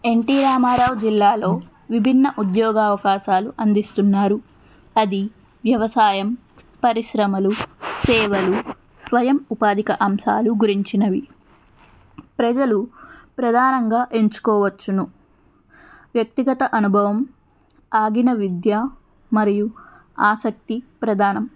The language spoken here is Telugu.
ఎన్టి రామారావు జిల్లాలో విభిన్న ఉద్యోగ అవకాశాలు అందిస్తున్నారు అది వ్యవసాయం పరిశ్రమలు సేవలు స్వయం ఉపాధి అంశాలు గురించినవి ప్రజలు ప్రధానంగా ఎంచుకోవచ్చును వ్యక్తిగత అనుభవం ఆగిన విద్య మరియు ఆసక్తి ప్రధానం